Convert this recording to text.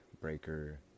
Breaker